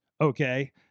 okay